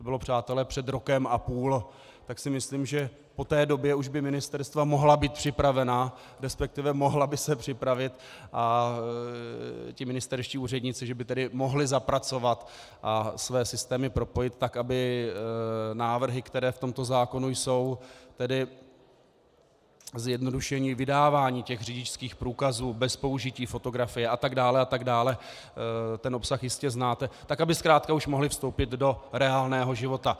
To bylo, přátelé, před rokem a půl, tak si myslím, že od té doby už by ministerstva mohla být připravena, respektive mohla by se připravit a ministerští úředníci by mohli zapracovat a své systémy propojit tak, aby návrhy, které v tomto zákonu jsou, tedy zjednodušení vydávání řidičských průkazů bez použití fotografie atd. atd., ten obsah jistě znáte, tak aby zkrátka už mohly vstoupit do reálného života.